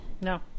No